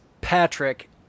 Patrick